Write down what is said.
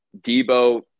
Debo